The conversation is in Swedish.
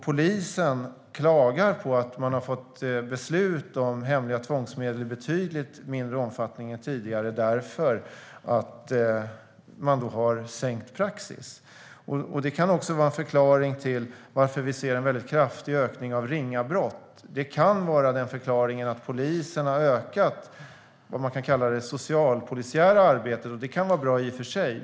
Polisen klagar på att de har fått beslut om hemliga tvångsmedel i betydligt mindre omfattning än tidigare, därför att praxis har sänkts. Det kan också vara en förklaring till att vi ser en kraftig ökning av ringa brott. Förklaringen kan vara att polisen har ökat vad som kan kallas det socialpolisiära arbetet, vilket i och för sig kan vara bra.